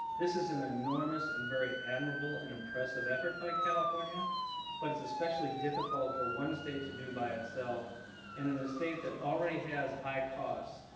this is an enormous and very admirable and impressive effort by california but it's especially difficult for one state to do by itself and in a state that already has high costs.